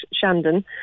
Shandon